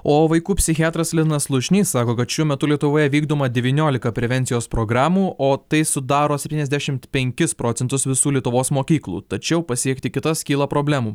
o vaikų psichiatras linas slušnys sako kad šiuo metu lietuvoje vykdoma devyniolika prevencijos programų o tai sudaro septyniasdešimt penkis procentus visų lietuvos mokyklų tačiau pasiekti kitas kyla problemų